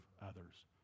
others